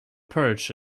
perch